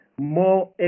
more